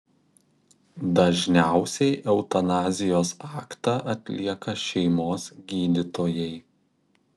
dažniausiai eutanazijos aktą atlieka šeimos gydytojai